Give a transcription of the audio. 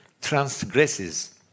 transgresses